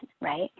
right